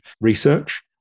research